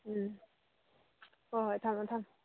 ꯎꯝ ꯍꯣꯏ ꯍꯣꯏ ꯊꯝꯃꯣ ꯊꯝꯃꯣ